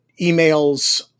emails